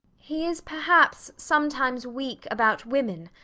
he is perhaps sometimes weak about women,